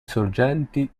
sorgenti